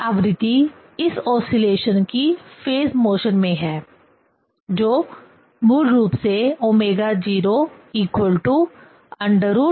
और यह आवृत्ति इस ओसीलेशन की फेज मोशन में है जो मूल रूप से ω0 √gl है